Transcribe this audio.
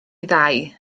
ddau